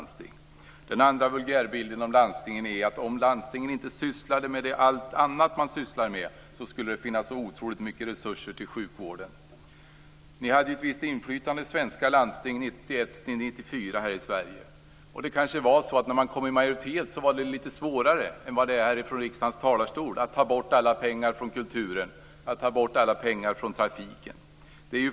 Den andra vulgärbilden av landstingen är att om de inte sysslade med allt annat som de sysslar med skulle det finnas otroligt mycket resurser till sjukvården. Moderaterna hade ju ett visst inflytande i svenska landsting under 1991-1994. Det kanske var litet svårare när man kom i majoritet än vad det är från riksdagens talarstol att ta bort alla pengar från kulturen och från trafiken.